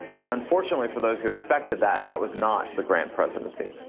and unfortunately for those who expected that, that was not the grant presidency.